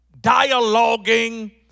dialoguing